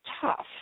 tough